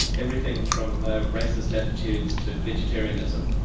everything from ah racist attitudes to vegetarianism,